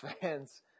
fans